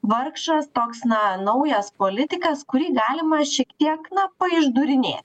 vargšas toks na naujas politikas kurį galima šiek tiek na paišdūrinėt